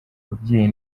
ababyeyi